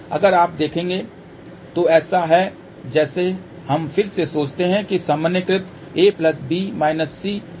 अगर आप यहाँ देखें तो ऐसा है जैसे हम फिर से सोचते हैं कि सामान्यीकृत a b c d